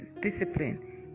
discipline